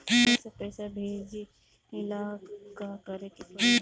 खाता से पैसा भेजे ला का करे के पड़ी?